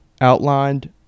outlined